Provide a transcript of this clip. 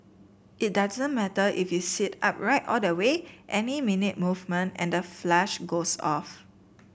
it doesn't matter if you sit upright all the way any minute movement and the flush goes off